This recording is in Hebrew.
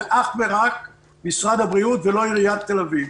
אך ורק משרד הבריאות ולא עיריית תל אביב.